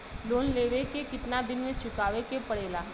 Loan लेवे के कितना दिन मे चुकावे के पड़ेला?